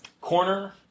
Corner